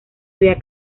había